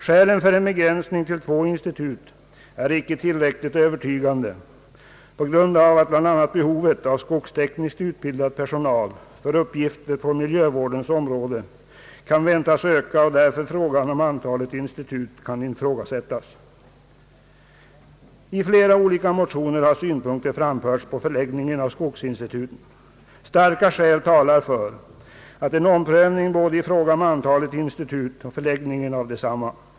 Skälen för en begränsning till två institut är icke tillräckligt övertygande på grund av bl.a. att behovet av skogstekniskt utbildad personal för uppgifter på miljövårdens område kan väntas öka och därför frågan om antalet institut kan ifrågasättas. I flera olika motioner har synpunkter framförts på förläggningen av skogsinstituten. Starka skäl talar för en omprövning både i fråga om antalet institut och förläggningen av desamma.